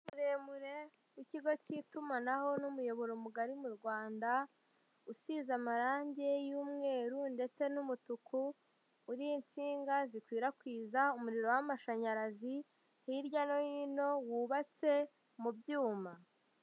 Muremure w'ikigo cy'itumanaho n'umuyoboro mugari mu Rwanda usize amarangi y'umweru ndetse n'umutuku, uriho insinga zikwirakwiza umuriro w'amashanyarazi hirya no hino wubatse mu byuma.